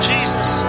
Jesus